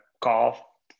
call